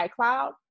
iCloud